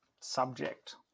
subject